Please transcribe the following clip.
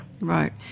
Right